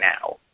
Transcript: now